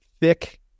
thick